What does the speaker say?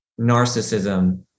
narcissism